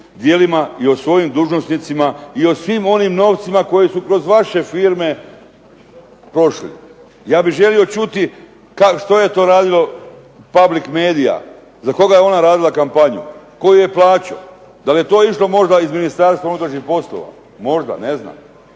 djelima i o svojim dužnosnicima i o svim onim novcima koji su kroz vaše firme prošli. Ja bih želio čuti što je to radilo Public Media? Za koga je ona radila kampanju? Tko ju je plaćao? Da li je to išlo možda iz Ministarstva unutrašnjih poslova? Možda, ne znam.